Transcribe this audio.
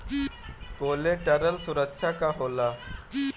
Collateral सुरक्षा का होला?